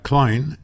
Klein